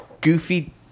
goofy